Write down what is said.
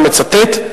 אני מצטט: